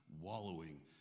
wallowing